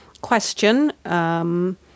question